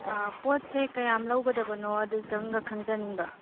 ꯄꯣꯠꯁꯦ ꯀꯌꯥꯝ ꯂꯧꯒꯗꯕꯅꯣ ꯑꯗꯨꯇꯪꯒ ꯈꯪꯖꯅꯤꯡꯕ